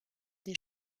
des